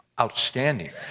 outstanding